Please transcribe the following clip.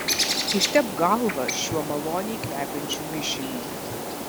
ištepk galvą šiuo maloniai kvepiančiu mišiniu